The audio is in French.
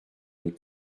nos